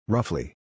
Roughly